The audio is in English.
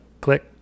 click